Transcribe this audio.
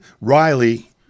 Riley